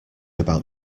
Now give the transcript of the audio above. about